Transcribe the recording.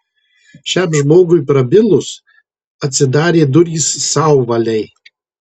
šiam žmogui prabilus atsidarė durys sauvalei